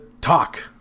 talk